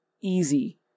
easy